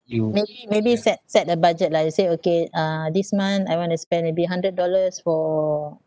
maybe maybe set set a budget lah let's say okay uh this month I want to spend maybe hundred dollars for